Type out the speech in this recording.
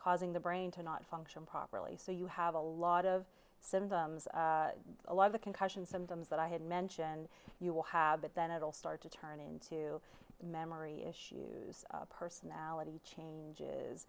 causing the brain to not function properly so you have a lot of symptoms a lot of the concussion symptoms that i had mentioned you will have but then it will start to turn into memory issues personality changes